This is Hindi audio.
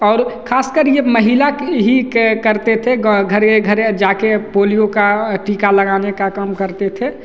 और खासकर ये महिला की ही के करते थे ग घर घर जाके पोलियो का टीका लगाने का काम करते थे